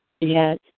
Yes